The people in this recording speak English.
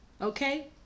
Okay